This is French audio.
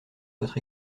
votre